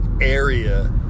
area